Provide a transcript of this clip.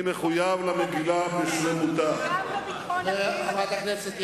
הרי גם בביטחון הפנים אתה, חברת הכנסת יחימוביץ,